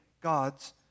God's